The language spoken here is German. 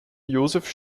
josef